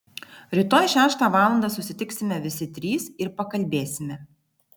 rytoj šeštą valandą susitiksime visi trys ir pakalbėsime